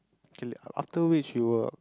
k after which you will